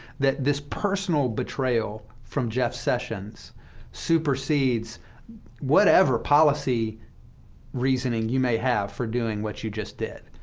that this personal betrayal from jeff sessions supersedes whatever policy reasoning you may have for doing what you just did.